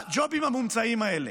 הג'ובים המומצאים האלה